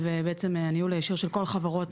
מבחינתי הוא דו"ח מאוד חשוב,